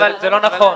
נכון.